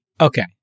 Okay